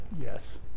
yes